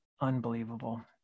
Unbelievable